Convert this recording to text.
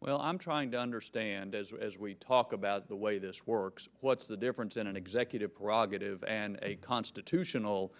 well i'm trying to understand as as we talk about the way this works what's the difference in an executive parag of and a constitutional